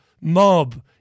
mob